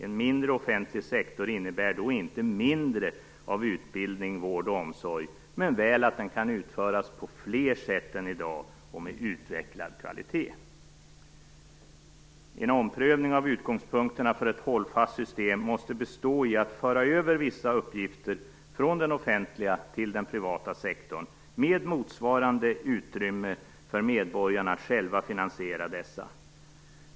En mindre offentlig sektor innebär då inte mindre av utbildning, vård och omsorg men väl att den kan utföras på fler sätt än i dag och med utvecklad kvalitet. En omprövning av utgångspunkterna för ett hållfast system måste bestå i att föra över vissa uppgifter från den offentliga till den privata sektorn, med motsvarande utrymme för medborgarna att själva finansiera dessa.